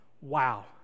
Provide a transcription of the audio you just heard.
Wow